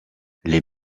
les